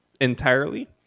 entirely